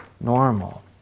Normal